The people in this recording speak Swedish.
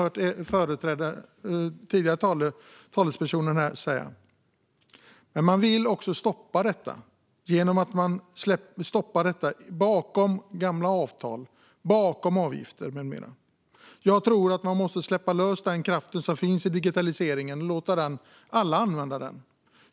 Det finns dock de som vill stoppa detta genom gamla avtal, avgifter med mera. Jag tror att man måste släppa lös den kraft som finns i digitaliseringen och låta alla använda den.